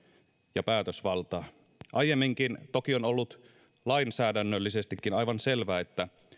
ja päätösvaltaa aiemminkin toki on ollut lainsäädännöllisestikin aivan selvä että